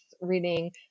reading